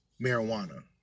marijuana